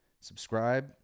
Subscribe